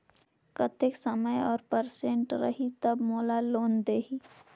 कतेक समय और परसेंट रही तब मोला लोन देही?